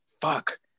fuck